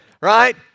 right